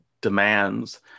demands